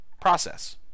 process